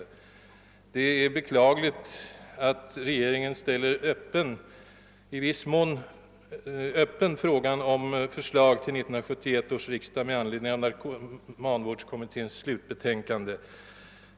Jag har gjort detta bl.a. i uttalande från denna plats och genom att skriva på motion nr 228 i denna kammare detta år. Det är beklagligt att regeringen i viss mån tycks ställa frågan om förslag till 1971 års riksdag med anledning av narkomanvårdskommitténs slutbetänkande öppen.